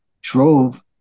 drove